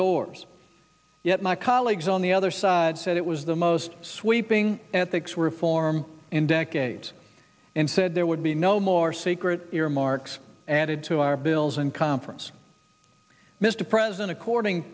doors yet my colleagues on the other side said it was the most sweeping at the form in decades and said there would be no more secret earmarks added to our bills in conference mr president according